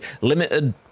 limited